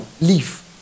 leave